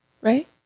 right